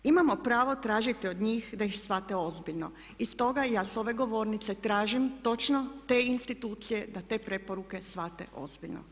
Imamo pravo tražiti od njih da ih shvate ozbiljno i stoga ja s ove govornice tražim točno te institucije da te preporuke shvate ozbiljno.